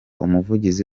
umuvugizi